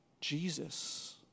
Jesus